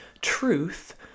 truth